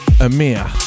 Amir